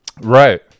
Right